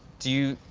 do you,